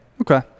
Okay